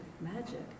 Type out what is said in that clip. magic